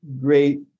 great